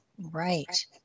Right